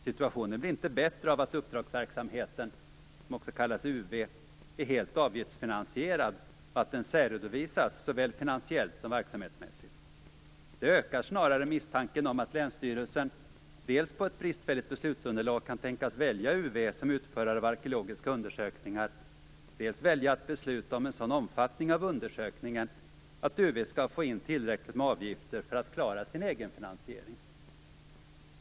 Situationen blir inte bättre av att uppdragsverksamheten, som också kallas UV, är helt avgiftsfinansierad och att den särredovisas såväl finansiellt som verksamhetsmässigt. Det ökar snarare misstanken om att länsstyrelsen dels på ett bristfälligt beslutsunderlag kan tänkas välja UV som utförare av arkeologiska undersökningar, dels välja att besluta om en sådan omfattning av undersökningen att UV skall få in tillräckligt med avgifter för att klara sin egenfinansiering.